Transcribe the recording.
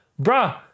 Bruh